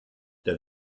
der